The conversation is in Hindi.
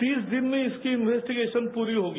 तीस दिन में इसकी इन्वेस्टीगेशन पूरी होगी